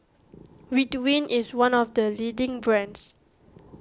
Ridwind is one of the leading brands